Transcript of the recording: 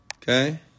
Okay